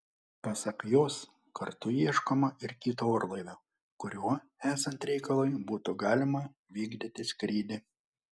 pasak jos kartu ieškoma ir kito orlaivio kuriuo esant reikalui būtų galima vykdyti skrydį